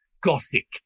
gothic